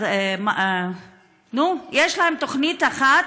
skills, יש להם תוכנית אחת,